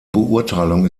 beurteilung